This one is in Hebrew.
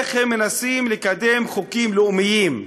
איך הם מנסים לקדם חוקים לאומיים,